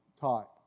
type